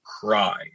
cry